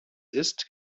ist